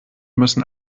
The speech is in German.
müssen